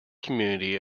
community